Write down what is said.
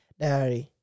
dairy